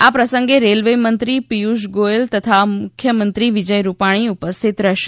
આ પ્રસંગે રેલવે મંત્રી પિયુષ ગોયલ તથા મુખ્યમંત્રી વિજય રૂપાણી ઉપસ્થિત રહેશે